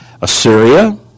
Assyria